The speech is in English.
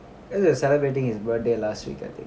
cause we were celebrating his birthday last week I think